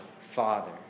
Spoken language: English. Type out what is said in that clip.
Father